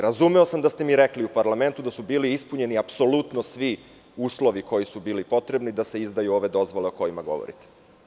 Razumeo sam da ste mi rekli u parlamentu da su bili ispunjeni apsolutno svi uslovi koji su bili potrebni da se izdaju ove dozvole o kojima govorite.